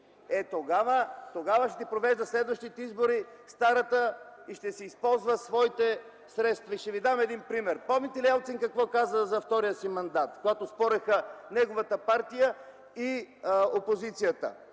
Е, тогава ще ги провежда следващите избори старата и ще си използва своите средства. Ще ви дам един пример. Помните ли какво каза Елцин за втория си мандат, когато спореха неговата партия и опозицията?